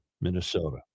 Minnesota